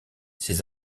ces